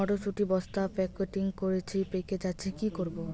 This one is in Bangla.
মটর শুটি বস্তা প্যাকেটিং করেছি পেকে যাচ্ছে কি করব?